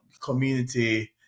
community